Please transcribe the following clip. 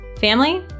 family